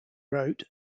wrote